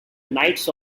knights